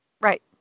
Right